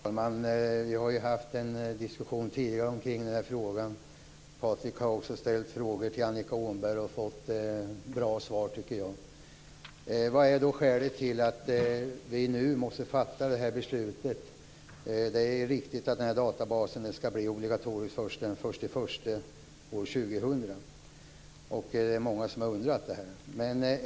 Herr talman! Vi har ju tidigare haft en diskussion i den här frågan. Patrik Norinder har också ställt frågor till Annika Åhnberg och, tycker jag, fått bra svar. Vad är då skälet till att vi nu måste fatta detta beslut? Det är riktigt att den här databasen blir obligatorisk först den 1 januari 2000, och det är många som har undrat över detta.